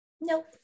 nope